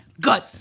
Good